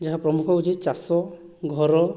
ଯାହା ପ୍ରମୁଖ ହେଉଛି ଚାଷ ଘର